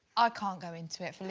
i can't go into it